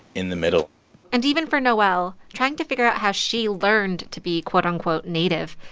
in the middle and even for noelle, trying to figure out how she learned to be, quote, unquote, native,